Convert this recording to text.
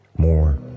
more